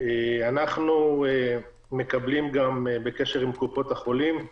אנחנו גם בקשר עם קופות-החולים.